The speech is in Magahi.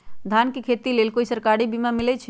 धान के खेती के लेल कोइ सरकारी बीमा मलैछई?